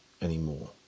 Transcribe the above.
anymore